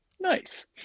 Nice